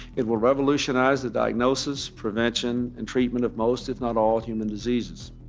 it will revolutionize the diagnosis, prevention and treatment of most, if not all, human diseases.